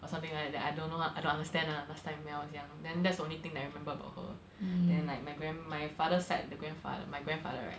or something like that that I don't know I don't understand ah last time when I was young then that's the only thing that I remember about her then like my grand~ my father side the grandfather my grandfather right